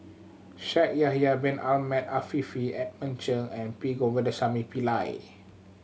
Shaikh Yahya Bin Ahmed Afifi Edmund Cheng and P Govindasamy Pillai